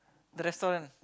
the restaurant